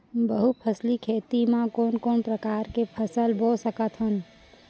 बहुफसली खेती मा कोन कोन प्रकार के फसल बो सकत हन?